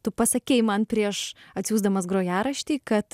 tu pasakei man prieš atsiųsdamas grojaraštį kad